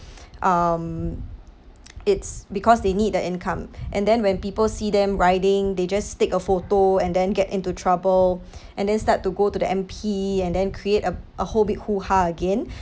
um it's because they need the income and then when people see them riding they just take a photo and then get into trouble and then start to go to the M_P and then create a a whole big hoo-ha again